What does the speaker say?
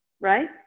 right